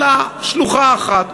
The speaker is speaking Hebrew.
אלא שלוחה אחת,